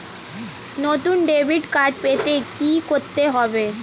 নতুন debit card পেতে কী করতে হবে?